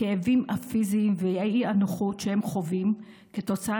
הכאבים הפיזיים והאי-נוחות שהם חווים כתוצאה